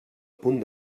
punt